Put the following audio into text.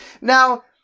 Now